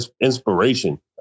inspiration